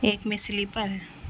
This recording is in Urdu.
ایک میں سلیپر ہے